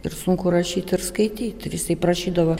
ir sunku rašyt ir skaityt ir jisai prašydavo